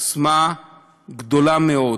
עוצמה גדולה מאוד,